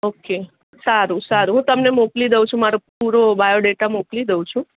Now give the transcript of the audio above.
okay સારું સારું હું તમને મોકલી દઉં છું મારો પૂરો બાયોડેટા મોકલી દઉં છું